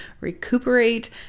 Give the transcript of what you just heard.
recuperate